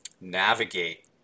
navigate